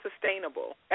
sustainable